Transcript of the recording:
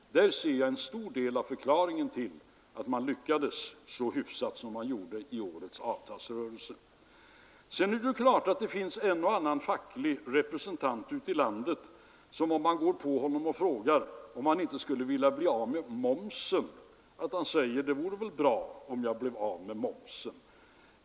I det ser jag en stor del av förklaringen till att man lyckades så hyfsat som man gjorde i årets avtalsrörelse. Sedan finns det givetvis en och annan facklig representant ute i landet som säger, när man går på honom och frågar om han inte skulle vilja bli av med momsen: Det vore väl bra om jag blev av med momsen.